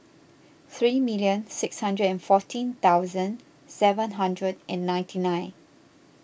three million six hundred and fourteen thousand seven hundred and ninety nine